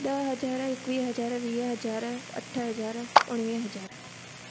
ॾह हज़ार इकवीह हज़ार वीह हज़ार अठ हज़ार उणिवीह हज़ार